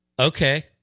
okay